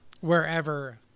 wherever